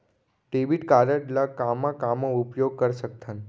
Debit card ला कामा कामा उपयोग कर सकथन?